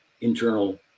internal